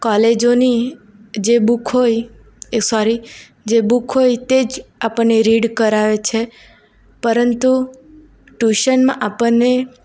કોલેજોની જે બુક હોય એ ફરી જે બુક હોય તે જ આપણને રીડ કરાવે છે પરંતુ ટ્યુશનમાં આપણને